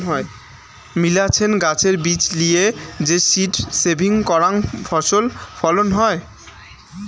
মেলাছেন গাছের বীজ লিয়ে যে সীড সেভিং করাং ফছল ফলন হই